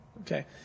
Okay